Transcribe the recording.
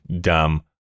dumb